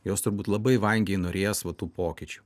jos turbūt labai vangiai norės va tų pokyčių